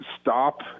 stop